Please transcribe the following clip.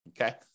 okay